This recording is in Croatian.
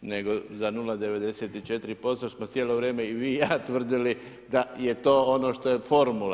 nego za 0,94% smo cijelo vrijeme i vi i ja tvrdili da je to ono što je formula.